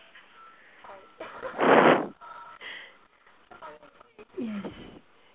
yes